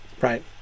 right